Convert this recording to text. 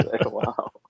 Wow